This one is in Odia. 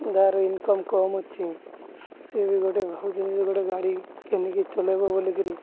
ଯାର ଇନକମ୍ କମ୍ ଅଛି ସିଏ ବି ଗୋଟେ ଭାବୁଛନ୍ତି ଯେ ଗୋଟେ ଗାଡ଼ି କିଣିକି ଚଲାଇବ ବୋଲିକିରି